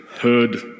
heard